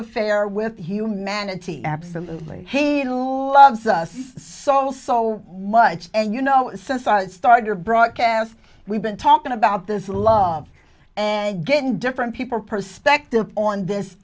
affair with humanity absolutely loves us so so much and you know since i started your broadcast we've been talking about this love and getting different people perspective on this